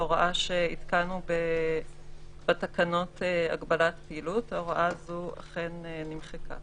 ההוראה שהתקנו בתקנות הגבלת פעילות ההוראה הזו אכן נמחקה.